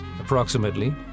approximately